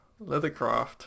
Leathercraft